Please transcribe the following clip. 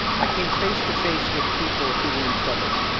i came face to face with people who were in trouble,